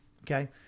okay